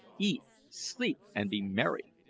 eat, sleep, and be merry.